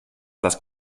das